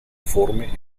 forme